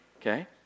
okay